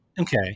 Okay